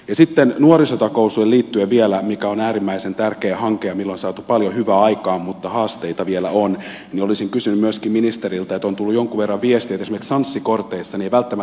sitten nuorisotakuuseen liittyen vielä mikä on äärimmäisen tärkeä hanke ja millä on saatu paljon hyvää aikaan mutta haasteita vielä on olisin kysynyt myöskin ministeriltä kun on tullut jonkin verran viestiä että esimerkiksi sanssi korteista ei välttämättä ole tietoa